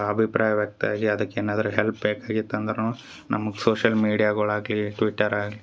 ಅಭಿಪ್ರಾಯ ವ್ಯಕ್ತವಾಗಿ ಅದಕ್ಕೆ ಏನಾದರು ಹೆಲ್ಪ್ ಬೇಕಾಗಿತ್ತು ಅಂದರೂನು ನಮ್ಗೆ ಸೋಶಿಯಲ್ ಮೀಡಿಯಾಗಳು ಆಗಲಿ ಟ್ವಿಟರಾಗ್ಲಿ